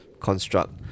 construct